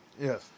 Yes